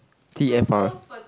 T_R_F